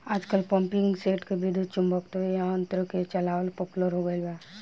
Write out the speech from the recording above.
आजकल पम्पींगसेट के विद्युत्चुम्बकत्व यंत्र से चलावल पॉपुलर हो गईल बा